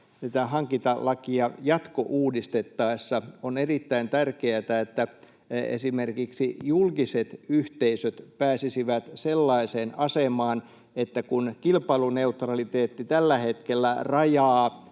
hankintalakia jatkouudistettaessa on erittäin tärkeätä, että esimerkiksi julkiset yhteisöt pääsisivät sellaiseen asemaan, kun kilpailuneutraliteetti tällä hetkellä rajaa